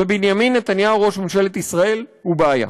ובנימין נתניהו, ראש ממשלת ישראל, הוא בעיה.